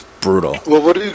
brutal